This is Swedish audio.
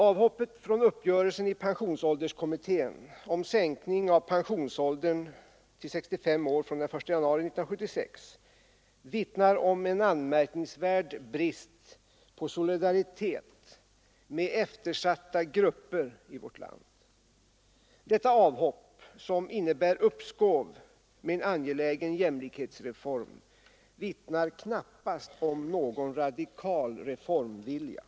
Avhoppet från uppgörelsen i pensionsålderskommittén om sänkning av pensionsåldern till 65 år från den 1 januari 1976 tyder på en anmärkningsvärd brist på solidaritet med eftersatta grupper i vårt land. Detta avhopp, som innebär uppskov med en angelägen jämlikhetsreform, vittnar knappast om någon radikal reformvilja.